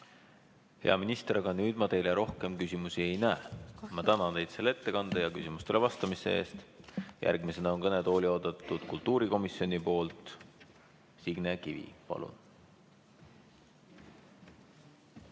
Hea minister, nüüd ma teile rohkem küsimusi ei näe. Ma tänan teid selle ettekande ja küsimustele vastamise eest! Järgmisena on kõnetooli oodatud kultuurikomisjoni esindaja Signe Kivi. Palun!